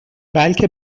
بلکه